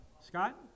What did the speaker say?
Scott